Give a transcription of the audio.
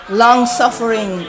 long-suffering